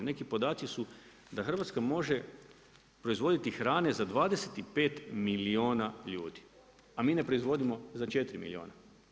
Neki podaci su, da Hrvatska može proizvoditi hrane za 25 milijuna ljudi, a mi ne proizvodimo za 4 milijuna.